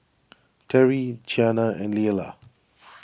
Terri Qiana and Leala